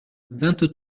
vingt